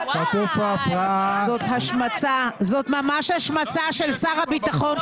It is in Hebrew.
זאת השמצה, זאת ממש השמצה של שר הביטחון.